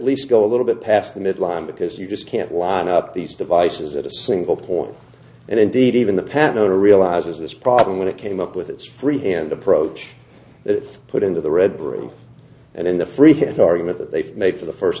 least go a little bit past the midline because you just can't line up these devices at a single point and indeed even the panel realizes this problem when it came up with its free hand approach if put into the red roof and in the free hit argument that they've made for the first